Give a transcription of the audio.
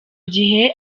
gihe